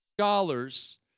scholars